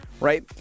right